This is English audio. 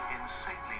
insanely